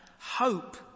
hope